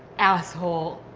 asshole.